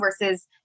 versus